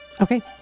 Okay